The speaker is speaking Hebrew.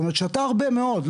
זאת אומרת שתה הרבה מאוד,